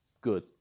good